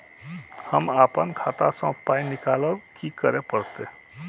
हम आपन खाता स पाय निकालब की करे परतै?